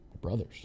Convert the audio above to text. brothers